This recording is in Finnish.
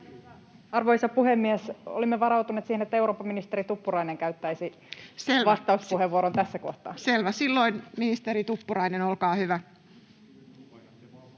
Arvoisa puhemies! Olimme varautuneet siihen, että eurooppaministeri Tuppurainen käyttäisi vastauspuheenvuoron tässä kohtaa. [Speech 26] Speaker: Ensimmäinen varapuhemies